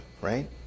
Right